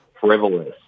frivolous